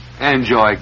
Enjoy